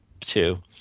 two